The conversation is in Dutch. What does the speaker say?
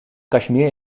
kashmir